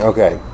Okay